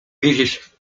wiedzieć